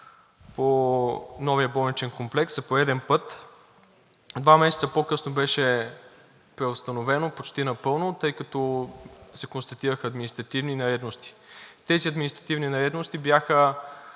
по новия болничен комплекс и за пореден път два месеца по-късно беше преустановено почти напълно, тъй като се констатираха административни нередности. Тези административни нередности бяха